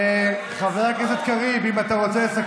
פגם בחוות דעת חיובית בעל פה",